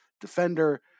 defender